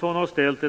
ökas.